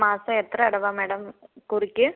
മാസം എത്ര അടവാണ് മേഡം കുറിയ്ക്ക്